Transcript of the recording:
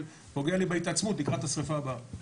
פוגע בהתעצמות שלי לקראת השריפה הבאה.